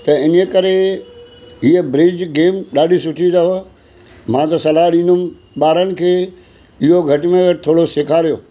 त इनकरे हीअ ब्रिज गेम ॾाढी सुठी अथव मां त सलाह ॾींदुमि ॿारनि खे इहो घटि में घटि थोरो सेखारियो